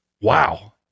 Wow